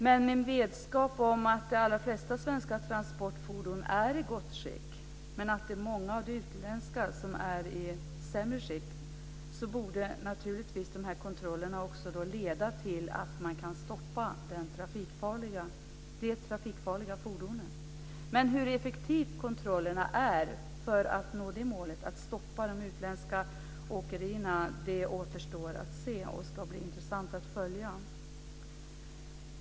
Med vetskap om att de allra flesta svenska transportfordon är i gott skick men att många av de utländska är i sämre skick borde naturligtvis de här kontrollerna också leda till att man kan stoppa de trafikfarliga fordonen. Men hur effektiva kontrollerna är för att nå det målet, att stoppa de utländska åkerierna, återstår att se och ska bli intressant att följa.